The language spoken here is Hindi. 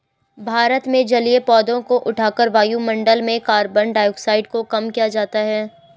भारत में जलीय पौधों को उठाकर वायुमंडल में कार्बन डाइऑक्साइड को कम किया जाता है